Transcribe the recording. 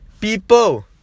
people